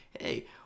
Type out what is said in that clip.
hey